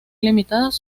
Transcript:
limitadas